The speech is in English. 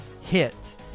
hit